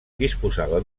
disposava